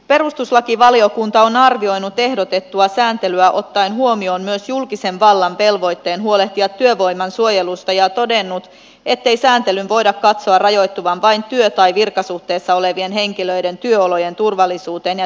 perustuslakivaliokunta on arvioinut ehdotettua sääntelyä ottaen huomioon myös julkisen vallan velvoitteen huolehtia työvoiman suojelusta ja todennut ettei sääntelyn voida katsoa rajoittuvan vain työ tai virkasuhteessa olevien henkilöiden työolojen turvallisuuteen ja terveellisyyteen